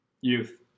Youth